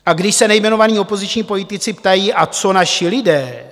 A když se nejmenovaní opoziční politici ptají: A co naši lidé?